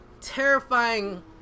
Terrifying